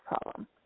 problem